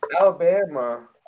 Alabama